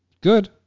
good